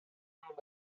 know